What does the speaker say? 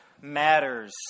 matters